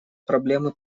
проблемы